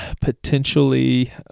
potentially